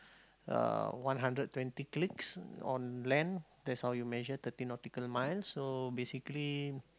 uh one hundred twenty clicks on land that's how you measure thirty nautical miles so basically